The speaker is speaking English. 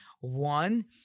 One